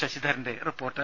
ശശിധരന്റെ report